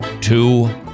Two